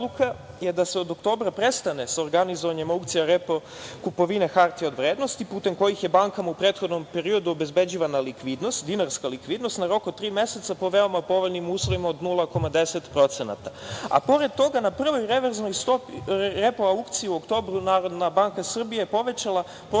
je da se od oktobra prestane s organizovanjem repoaukcija kupovine hartije od vrednosti putem kojih je bankama u prethodnom periodu obezbeđivana likvidnost, dinarska likvidnost na rok od tri meseca po veoma povoljnim uslovima od 0,10%, a pored toga na prvoj repoaukciji u oktobru Narodna banka Srbije povećala prosečnu izvršnu